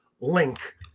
link